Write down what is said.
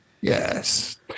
Yes